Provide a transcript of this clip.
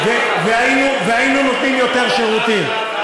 והיינו נותנים יותר שירותים.